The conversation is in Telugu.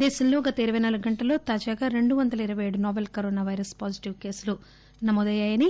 డెస్క్ దేశంలో గత ఇరవై నాలుగు గంటల్లో తాజాగా రెండు వందల ఇరవై ఏడు నాపెల్ కరోనా పైరస్ పాజిటిప్ కేసులు నమోదయ్యాయని